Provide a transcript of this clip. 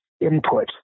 input